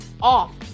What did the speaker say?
off